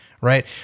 Right